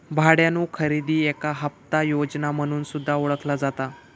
भाड्यानो खरेदी याका हप्ता योजना म्हणून सुद्धा ओळखला जाता